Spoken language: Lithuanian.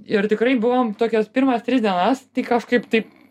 ir tikrai buvom tokias pirmas tris dienas tai kažkaip taip